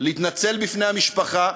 להתנצל בפני המשפחה,